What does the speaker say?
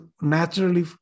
naturally